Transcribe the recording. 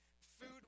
food